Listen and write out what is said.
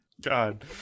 God